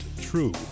true